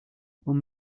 were